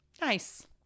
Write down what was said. Nice